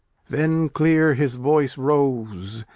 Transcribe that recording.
then clear his voice rose,